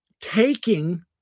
taking